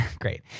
Great